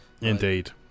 Indeed